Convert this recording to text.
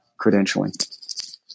credentialing